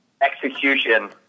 execution